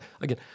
again